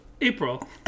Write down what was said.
April